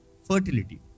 fertility